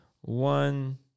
one